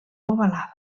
ovalada